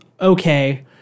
okay